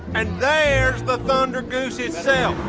and there's the thunder goose itself.